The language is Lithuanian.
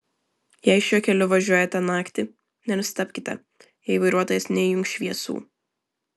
jei šiuo keliu važiuojate naktį nenustebkite jei vairuotojas neįjungs šviesų